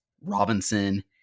Robinson